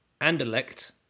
Andelect